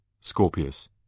Scorpius